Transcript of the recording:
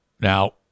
Now